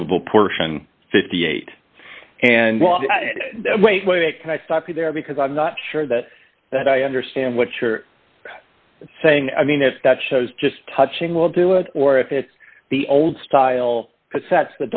movable portion fifty eight and well wait wait can i stop you there because i'm not sure that that i understand what you're saying i mean if that shows just touching will do it or if it's the old style